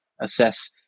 assess